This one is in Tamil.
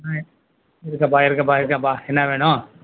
ம் இருக்கோம்ப்பா இருக்கோம்ப்பா இருக்கோம்ப்பா என்ன வேணும்